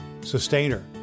sustainer